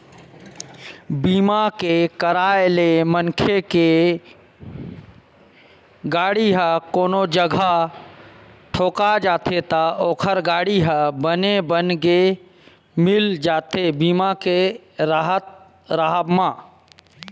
बीमा के कराय ले मनखे के गाड़ी ह कोनो जघा ठोका जाथे त ओखर गाड़ी ह बने बनगे मिल जाथे बीमा के राहब म